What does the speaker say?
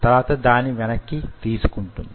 తరువాత దాన్ని వెనక్కి తీసుకుంటుంది